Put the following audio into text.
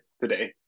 today